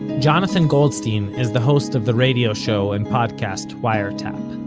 jonathan goldstein is the host of the radio show and podcast wiretap.